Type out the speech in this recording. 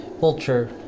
Vulture